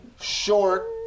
short